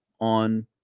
on